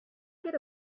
get